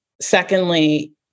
Secondly